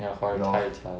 你的华语太差了